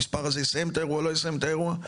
המספר הזה יסיים את האירוע או לא יסיים את האירוע.